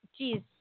Jeez